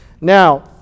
Now